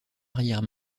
arrière